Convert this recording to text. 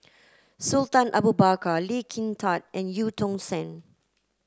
Sultan Abu Bakar Lee Kin Tat and Eu Tong Sen